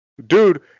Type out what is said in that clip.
Dude